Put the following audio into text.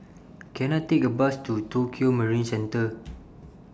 Can I Take A Bus to Tokio Marine Centre